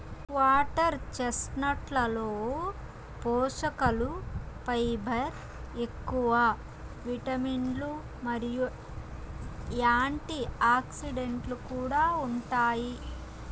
water చెస్ట్నట్లలో పోషకలు fibre ఎక్కువ, విటమిన్లు మరియు యాంటీఆక్సిడెంట్లు కూడా ఉంటాయి